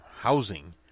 housing